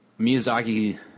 Miyazaki